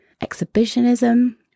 exhibitionism